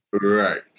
right